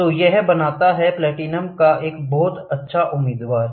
तो यह बनाता है प्लैटिनम एक बहुत अच्छा उम्मीदवार है